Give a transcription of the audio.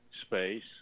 space